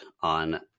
on